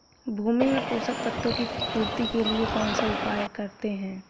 भूमि में पोषक तत्वों की पूर्ति के लिए कौनसा उपाय करते हैं?